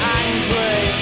angry